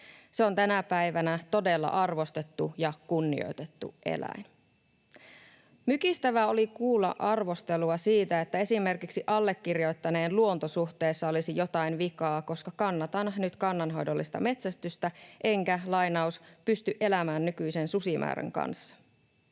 Se on tänä päivänä todella arvostettu ja kunnioitettu eläin. Mykistävää oli kuulla arvostelua siitä, että esimerkiksi allekirjoittaneen luontosuhteessa olisi jotain vikaa, koska kannatan nyt kannanhoidollista metsästystä enkä ”pysty elämään nykyisen susimäärän kanssa”.